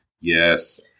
Yes